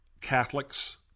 Catholics